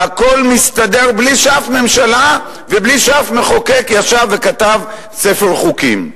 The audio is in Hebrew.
והכול מסתדר בלי שאף ממשלה ובלי שאף מחוקק ישב וכתב ספר חוקים.